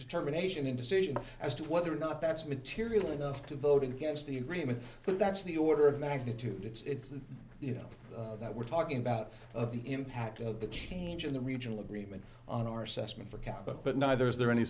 determination in decision as to whether or not that's material enough to vote against the agreement but that's the order of magnitude it's you know we're talking about the impact of the change in the regional agreement on our system for capital but neither is there any